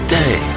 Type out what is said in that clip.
day